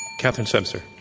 catherine semcer.